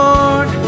Lord